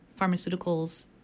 pharmaceuticals